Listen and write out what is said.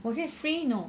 was it free no